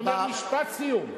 אני אומר, משפט סיום.